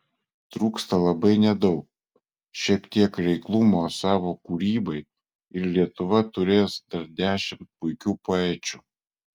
trūksta labai nedaug šiek tiek reiklumo savo kūrybai ir lietuva turės dar dešimt puikių poečių